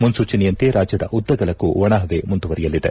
ಮುನ್ನೂಚನೆಯಂತೆ ರಾಜ್ಯದ ಉದ್ದಗಲಕ್ಕೂ ಒಣಪವೆ ಮುಂದುವರಿಯಲಿದೆ